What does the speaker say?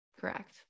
correct